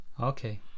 Okay